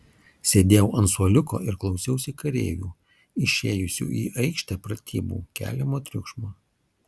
sėdėjau ant suoliuko ir klausiausi kareivių išėjusių į aikštę pratybų keliamo triukšmo